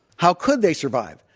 how could they survive?